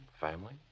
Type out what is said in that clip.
family